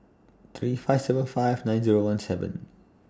three five seven five nine Zero one seven